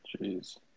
Jeez